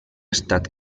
estat